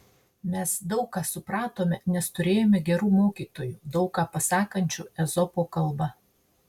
mes daug ką supratome nes turėjome gerų mokytojų daug ką pasakančių ezopo kalba